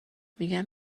میگم